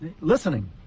listening